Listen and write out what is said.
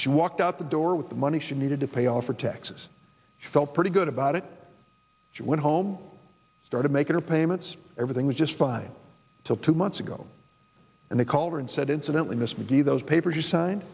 she walked out the door with the money she needed to pay off for texas she felt pretty good about it she went home i'm started making payments everything was just fine till two months ago and they called her and said incidentally mr de those papers you signed